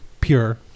pure